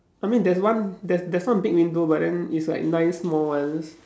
I mean there's one there's there's one big window but then it's like nine small ones